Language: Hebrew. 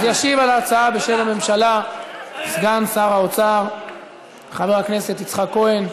אז ישיב על ההצעה בשם הממשלה סגן שר האוצר חבר הכנסת יצחק כהן,